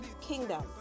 Kingdom